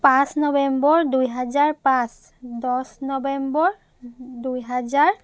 পাঁচ নৱেম্বৰ দুহেজাৰ পাঁচ দহ নৱেম্বৰ দুহেজাৰ